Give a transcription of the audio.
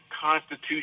Constitution